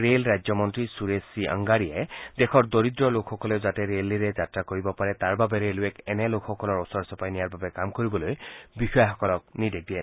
rail ৰাজ্যমন্ত্ৰী Suresh C অংগাড়ীয়ে দেশৰ দৰিদ্ৰ লোকসকলেও যাতে ৰেলেৰে যাত্ৰা কৰিব পাৰে তাৰ বাবে ৰেলৱেক এনেলোকসকলৰ ওচৰ চপাই নিয়াৰ বাবে কাম কৰিবলৈ বিষযাসকলক নিৰ্দেশ দিয়ে